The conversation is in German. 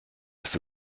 ist